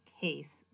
case